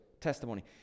testimony